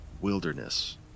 wilderness